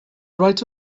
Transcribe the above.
right